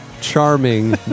charming